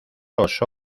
los